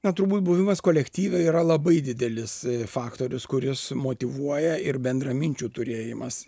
na turbūt buvimas kolektyve yra labai didelis faktorius kuris motyvuoja ir bendraminčių turėjimas